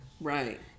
right